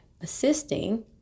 assisting